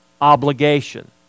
obligation